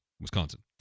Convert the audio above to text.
Wisconsin